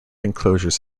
enclosures